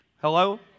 Hello